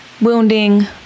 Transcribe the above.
wounding